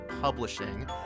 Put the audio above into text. Publishing